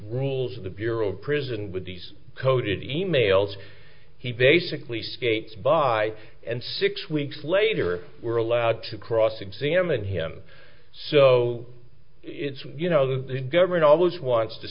rules of the bureau of prison with these coded e mails he basically skates by and six weeks later we're allowed to cross examine him so it's you know the government always wants to